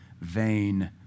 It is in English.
vain